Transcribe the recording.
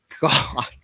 god